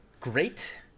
great